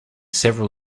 several